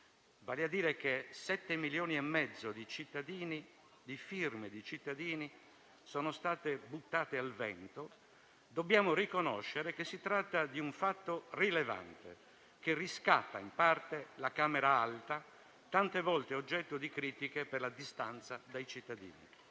cioè 7,5 milioni di firme di cittadini sono state buttate al vento, dobbiamo riconoscere che si tratta di un fatto rilevante, che riscatta in parte la Camera alta, tante volte oggetto di critiche per la distanza dai cittadini.